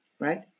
right